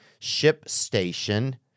ShipStation